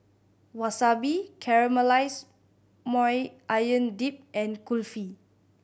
Wasabi Caramelized Maui Onion Dip and Kulfi